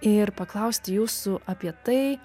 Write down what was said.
ir paklausti jūsų apie tai